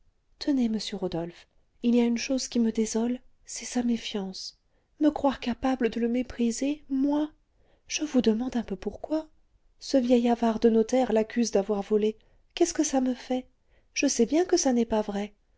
tenez monsieur rodolphe il y a une chose qui me désole c'est sa méfiance me croire capable de le mépriser moi je vous demande un peu pourquoi ce vieil avare de notaire l'accuse d'avoir volé qu'est-ce que ça me fait je sais bien que ça n'est pas vrai